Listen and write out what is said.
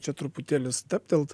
čia truputėlį stabtelt